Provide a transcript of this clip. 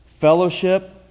fellowship